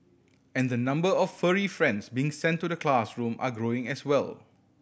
and the number of furry friends being sent to the classroom are growing as well